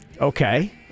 Okay